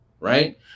right